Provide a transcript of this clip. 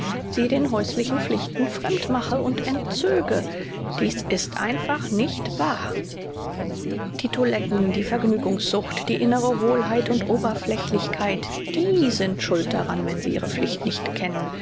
sie den häuslichen pflichten fremd mache und entzöge dies ist einfach nicht wahr die toiletten die vergnügungssucht die innere hohlheit und oberflächlichkeit die sind schuld daran wenn sie ihre pflicht nicht kennen